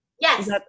Yes